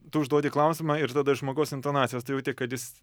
tu užduodi klausimą ir tada žmogaus intonacijos tu jauti kad jis